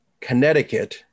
Connecticut